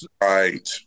Right